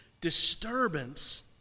disturbance